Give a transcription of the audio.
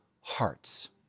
hearts